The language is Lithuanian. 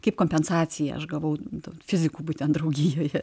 kaip kompensaciją aš gavau daug fizikų būtent draugijoje